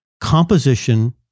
composition